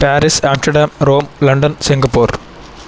Paris Amsterdam Rome London Singapore